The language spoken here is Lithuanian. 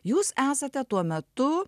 jūs esate tuo metu